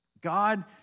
God